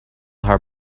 her